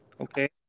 Okay